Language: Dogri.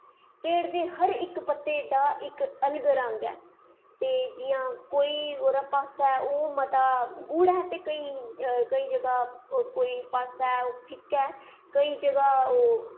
पेड़ दे हर इक पत्ते दा अलग रंग ऐ जियां ओह्दा कोई पास्सा ऐ ओह् मता गूह्डा ते केंई जगह कोई पास्सा ऐ ओह् फिक्का ऐ केई जगह् ओह्